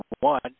one